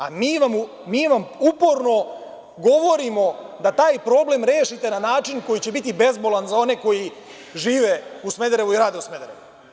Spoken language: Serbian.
A mi vam uporno govorimo da taj problem rešite na način koji će biti bezbolan za one koji žive i rade u Smederevu.